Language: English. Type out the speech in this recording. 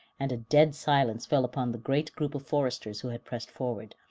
and a dead silence fell upon the great group of foresters who had pressed forward,